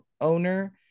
owner